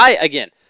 Again